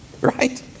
right